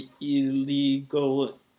illegal